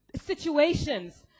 situations